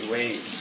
Wait